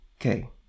Okay